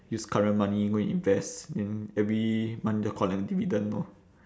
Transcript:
use current money go and invest then every month just collect dividend lor